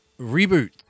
reboot